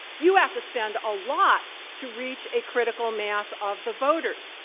you have to spend a lot to reach a critical mass of the voters.